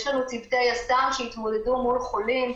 יש לנו צוותי יס"מ שהתמודדו מול חולים,